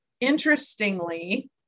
interestingly